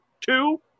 two